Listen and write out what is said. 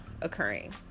occurring